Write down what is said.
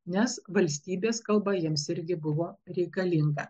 nes valstybės kalba jiems irgi buvo reikalinga